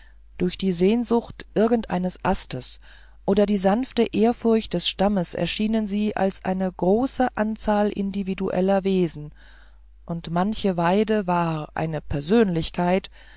durch die sehnsucht irgend eines astes oder die sanfte ehrfurcht des stammes erschienen sie als eine große anzahl individueller wesen und manche weide war eine persönlichkeit